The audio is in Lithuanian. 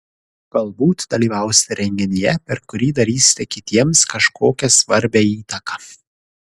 galbūt dalyvausite renginyje per kurį darysite kitiems kažkokią svarbią įtaką